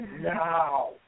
now